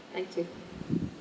thank you